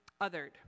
othered